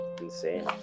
insane